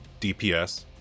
DPS